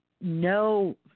no